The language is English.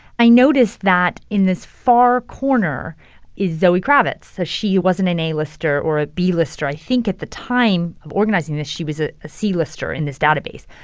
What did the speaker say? i noticed that in this far corner is zoe kravitz. so she wasn't an a-lister or a b-lister. i think at the time of organizing this, she was ah a c-lister in this database.